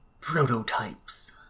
prototypes